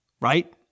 right